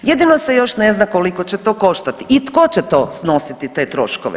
Jedino se još ne zna koliko će to koštati i tko će to snositi te troškove.